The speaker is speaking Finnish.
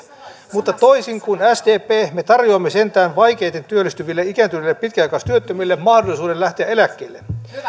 mutta toisin kuin sdp me tarjoamme sentään vaikeiten työllistyville ikääntyneille pitkäaikaistyöttömille mahdollisuuden lähteä eläkkeelle